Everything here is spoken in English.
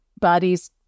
bodies